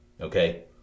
okay